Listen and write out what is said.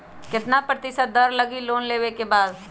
कितना प्रतिशत दर लगी लोन लेबे के बाद?